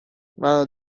منو